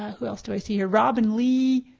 who else do i see here? rob and lee,